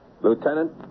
Lieutenant